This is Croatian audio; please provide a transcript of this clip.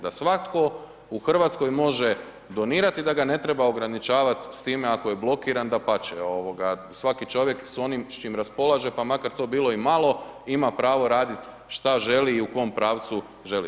Da svatko u Hrvatskoj može donirati, da ga ne treba ograničavat s time ako je blokiran, dapače, ovoga, svaki čovjek s onim s čim raspolaže, pa makar to bilo i malo, ima pravo radit šta želi i u kom pravcu želi.